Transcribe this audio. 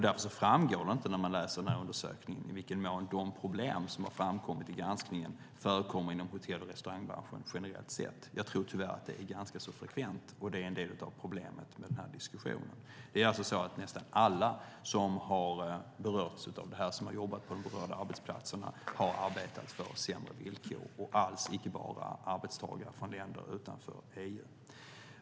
Därför framgår det inte av undersökningen i vilken mån de problem som har framkommit vid granskningen förekommer inom hotell och restaurangbranschen generellt. Jag tror att det tyvärr är ganska frekvent. Det är ett av problemen med den här diskussionen. Nästan alla som har berörts av detta på de berörda arbetsplatserna har arbetat för sämre villkor. Det gäller inte alls enbart arbetstagare från länder utanför EU.